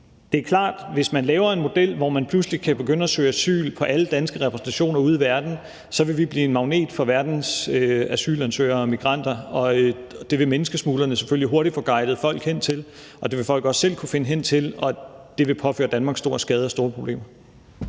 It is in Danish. Det er klart, at hvis man laver en model, så man pludselig kan begynde at søge asyl på alle danske repræsentationer ude i verden, vil vi blive en magnet for verdens asylansøgere og migranter. Og menneskesmuglerne vil selvfølgelig hurtigt få guidet folk hen til dem, og folk vil også selv kunne finde hen til dem. Og det vil påføre Danmark stor skade og store problemer.